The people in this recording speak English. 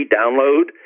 download